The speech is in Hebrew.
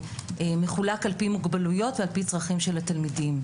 כשהוא מחולק על פי מוגבלויות ועל פי הצרכים של התלמידים.